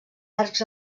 arcs